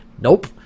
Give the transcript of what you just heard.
nope